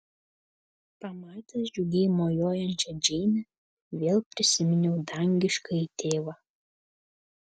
pamatęs džiugiai mojuojančią džeinę vėl prisiminiau dangiškąjį tėvą